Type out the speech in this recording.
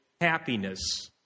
happiness